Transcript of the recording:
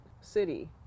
city